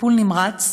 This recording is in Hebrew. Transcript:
טיפול נמרץ,